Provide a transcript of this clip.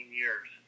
years